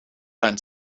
penn